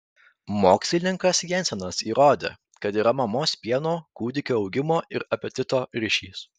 mokslininkas jensenas įrodė kad yra mamos pieno kūdikio augimo ir apetito ryšys